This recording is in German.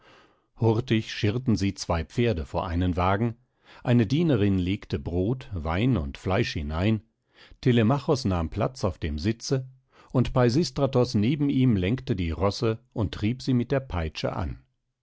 hurtig schirrten sie zwei pferde vor einen wagen eine dienerin legte brot wein und fleisch hinein telemachos nahm platz auf dem sitze und peisistratos neben ihm lenkte die rosse und trieb sie mit der peitsche an